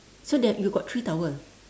so there you got three towel